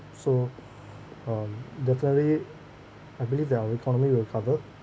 so um totally I believe that our economy will recover